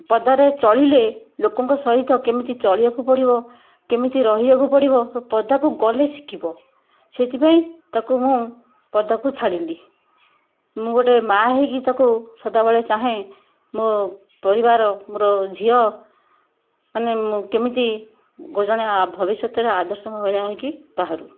ପଦାରେ ଚଳିଲେ ଲୋକଙ୍କ ସହିତ କେମିତି ଚଳିବାକୁ ପଡ଼ିବ କେମିତ ରହିବାକୁ ପଡ଼ିବ ପଦାକୁ ଗଲେ ଶିଖିବ ସେଇଥି ପାଇଁ ତାକୁ ମୁଁ ପଦାକୁ ଛାଡ଼ିଲି ମୁଁ ଗୋଟେ ମାଁ ହେଇକି ତାକୁ ସଦାବେଳେ ଚାହେଁ ମୋ ପରିବାର ମୋର ଝିଅ ମାନେ କେମିତି ଜଣେ ଭବିଷ୍ୟତରେ ଆଦର୍ଶ ମହିଳା ହେଇକି ବାହାରୁ